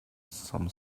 some